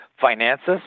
finances